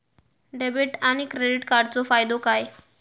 Debit आणि credit कार्डचो फायदो काय?